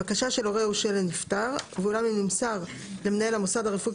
בקשה של הורהו של הנפטר; ואולם אם נמסר למנהל המוסד הרפואי